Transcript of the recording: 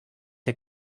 der